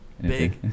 Big